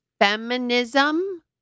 feminism